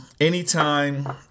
anytime